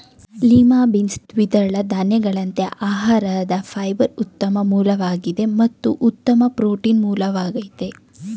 lima beans ದ್ವಿದಳ ಧಾನ್ಯಗಳಂತೆ ಆಹಾರದ ಫೈಬರ್ನ ಉತ್ತಮ ಮೂಲವಾಗಿದೆ ಮತ್ತು ಉತ್ತಮ ಪ್ರೋಟೀನ್ ಮೂಲವಾಗಯ್ತೆ